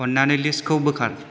अन्नानै लिस्तखौ बोखार